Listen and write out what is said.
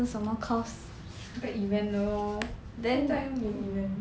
那个 event 的 lor then like 现在都没有 event